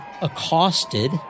accosted